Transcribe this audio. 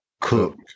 Cook